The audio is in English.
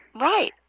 Right